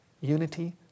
unity